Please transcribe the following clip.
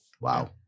Wow